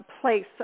place